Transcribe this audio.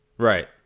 Right